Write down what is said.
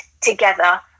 together